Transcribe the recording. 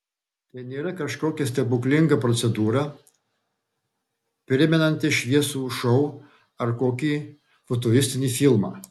tai nėra kažkokia stebuklinga procedūra primenanti šviesų šou ar kokį futuristinį filmą